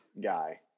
guy